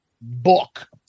book